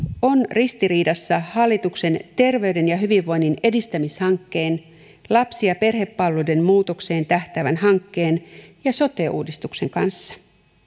on ristiriidassa hallituksen terveyden ja hyvinvoinnin edistämishankkeen lapsi ja perhepalveluiden muutokseen tähtäävään hankkeen ja sote uudistuksen kanssa